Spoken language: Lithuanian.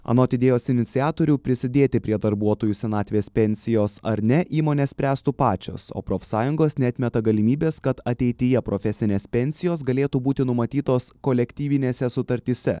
anot idėjos iniciatorių prisidėti prie darbuotojų senatvės pensijos ar ne įmonės spręstų pačios o profsąjungos neatmeta galimybės kad ateityje profesinės pensijos galėtų būti numatytos kolektyvinėse sutartyse